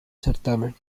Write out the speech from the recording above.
certamen